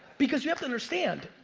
because you have to understand.